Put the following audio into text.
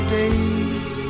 days